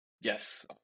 Yes